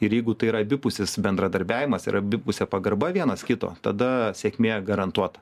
ir jeigu tai yra abipusis bendradarbiavimas ir abipusė pagarba vienas kito tada sėkmė garantuota